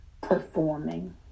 performing